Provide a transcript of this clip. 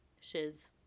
shiz